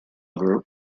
group